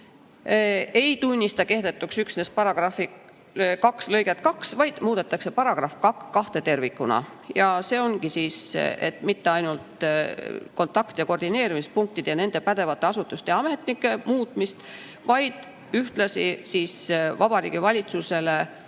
ei tunnista kehtetuks üksnes § 2 lõiget 2, vaid muudetakse paragrahvi 2 tervikuna. See ei puuduta mitte ainult kontakt- ja koordineerimispunktide ja nende pädevate asutuste ja ametnike muutmist, vaid ühtlasi antakse Vabariigi Valitsusele